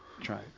Try